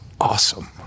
awesome